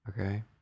okay